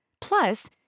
Plus